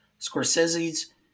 Scorsese's